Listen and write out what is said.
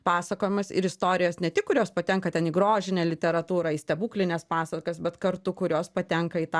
pasakojimas ir istorijos ne tik kurios patenka ten į grožinę literatūrą į stebuklines pasakas bet kartu kurios patenka į tą